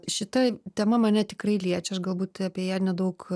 šita tema mane tikrai liečia aš galbūt apie ją nedaug